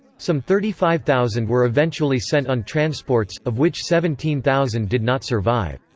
some thirty five thousand were eventually sent on transports, of which seventeen thousand did not survive.